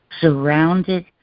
surrounded